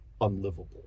unlivable